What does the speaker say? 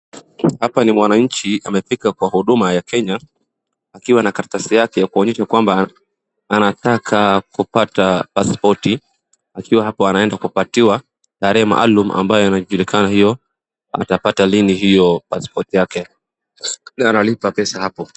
Hapa ni mwanachi amefika kwa huduma ya Kenya akiwa na karatasi yake ya kuonyesha kwamba anataka kupata paspoti akiwa hapo anaenda kupatiwa tarehe maalum ambayo anajulikana hiyo atapata lini hiyo paspoti yake, labda analipa pesa hapo.